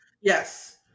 Yes